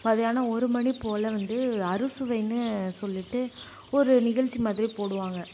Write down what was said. மத்தியானம் ஒரு மணி போல் வந்து அறுசுவைன்னு சொல்லிட்டு ஒரு நிகழ்ச்சி மாதிரி போடுவாங்க